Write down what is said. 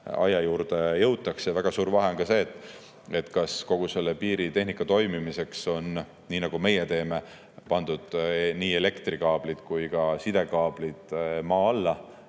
aia juurde jõutakse. Väga suur vahe on ka selles, kas kogu piiritehnika toimimiseks, nii nagu meie teeme, on pandud nii elektrikaablid kui ka sidekaablid maa alla